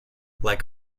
like